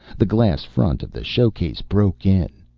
the glass front of the showcase broke in.